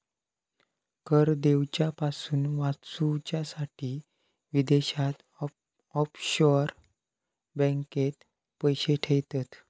कर दिवच्यापासून वाचूच्यासाठी विदेशात ऑफशोअर बँकेत पैशे ठेयतत